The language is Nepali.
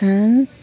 फ्रान्स